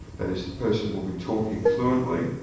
that is, the person will be talking fluently,